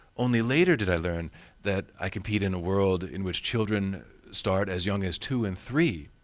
only later did i learn that i compete in a world in which children start as young as two and three.